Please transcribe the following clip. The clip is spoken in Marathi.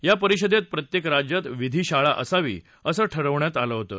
या परिषदेत प्रत्येक राज्यात विधी शाळा असावी असं ठरवण्यात आलं होतं